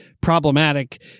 problematic